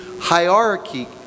hierarchy